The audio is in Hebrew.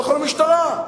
לכו למשטרה.